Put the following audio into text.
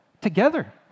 together